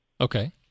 Okay